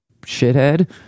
shithead